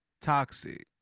toxic